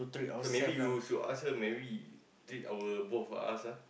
so maybe you should ask her maybe treat our both of us ah